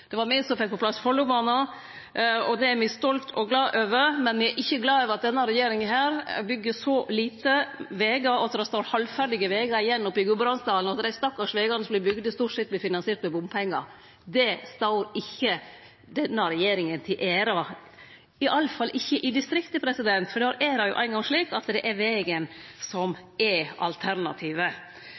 Det var me som fekk på plass Follobanen, og det er me stolte over og glade for, men me er ikkje glade for at denne regjeringa byggjer så lite vegar og at det står halvferdige vegar igjen oppe i Gudbrandsdalen, og at dei stakkars vegane som vert bygde, stort sett vert finansierte med bompengar. Det står ikkje denne regjeringa til ære, iallfall ikkje i distrikta, for der er det no eingong slik at det er vegen som er alternativet.